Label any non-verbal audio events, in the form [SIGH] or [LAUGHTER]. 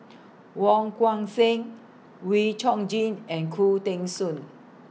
Wong [UNINTELLIGIBLE] Seng Wee Chong Jin and Khoo Teng Soon